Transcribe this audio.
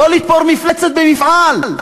לא לתפור מפלצת במפעל.